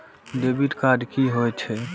Debit card की होय छे?